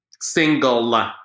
single